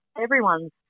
everyone's